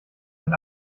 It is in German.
ein